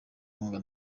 inkunga